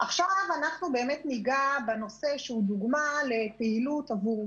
ניגע בנושא שהוא דוגמה לפעילות עבור